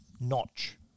notch